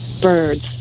birds